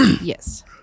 Yes